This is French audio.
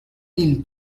mille